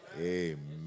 Amen